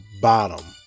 bottom